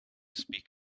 speak